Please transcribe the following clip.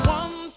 one